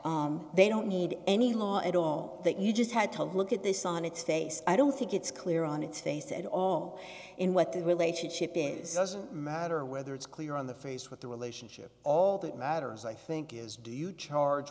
that they don't need any law at all that you just had to look at this on its face i don't think it's clear on its face at all in what the relationship is doesn't matter whether it's clear on the face what the relationship all that matters i think is do you charge